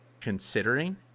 considering